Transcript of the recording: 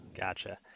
Gotcha